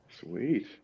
Sweet